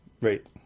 Right